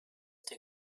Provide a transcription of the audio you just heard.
der